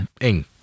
Ing